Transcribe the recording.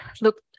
Look